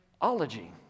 ology